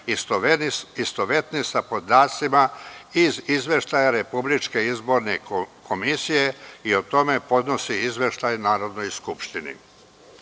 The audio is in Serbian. istovetni sa podacima iz izveštaja Republičke izborne komisije i o tome podnosi izveštaj Narodnoj skupštini. Na